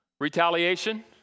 retaliation